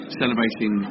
celebrating